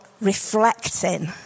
reflecting